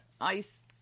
ice